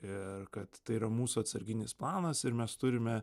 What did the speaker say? ir kad tai yra mūsų atsarginis planas ir mes turime